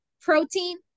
protein